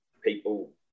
people